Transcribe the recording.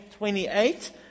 28